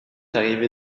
arrivé